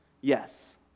Yes